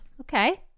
Okay